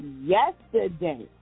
yesterday